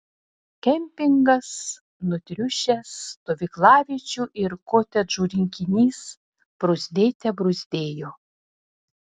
kempingas nutriušęs stovyklaviečių ir kotedžų rinkinys bruzdėte bruzdėjo